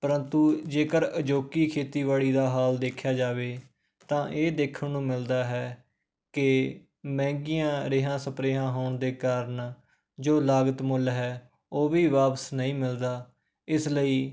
ਪਰੰਤੂ ਜੇਕਰ ਅਜੋਕੀ ਖੇਤੀਬਾੜੀ ਦਾ ਹਾਲ ਦੇਖਿਆ ਜਾਵੇ ਤਾਂ ਇਹ ਦੇਖਣ ਨੂੰ ਮਿਲਦਾ ਹੈ ਕਿ ਮਹਿੰਗੀਆਂ ਰੇਹਾਂ ਸਪਰੇਆਂ ਹੋਣ ਦੇ ਕਾਰਨ ਜੋ ਲਾਗਤ ਮੁੱਲ ਹੈ ਉਹ ਵੀ ਵਾਪਸ ਨਹੀਂ ਮਿਲਦਾ ਇਸ ਲਈ